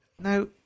Now